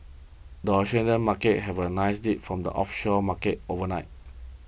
the Australian Markets have a nice lead from the offshore markets overnight